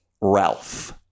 Ralph